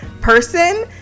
person